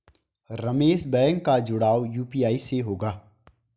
Ramesh bank का जुड़ाव UPI से कैसे होगा?